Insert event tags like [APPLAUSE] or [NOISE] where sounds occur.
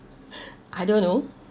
[BREATH] I don't know